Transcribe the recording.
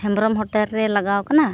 Hembrom hotel ᱨᱮ ᱞᱟᱜᱟᱣ ᱟᱠᱟᱱᱟ